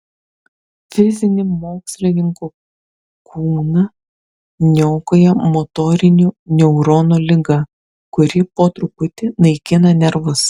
fizinį mokslininko kūną niokoja motorinių neuronų liga kuri po truputį naikina nervus